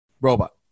robot